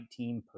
19%